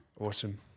Awesome